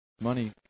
Money